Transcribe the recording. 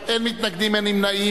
פרלמנטרים יהודים רבים נמצאים באולם,